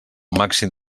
màxim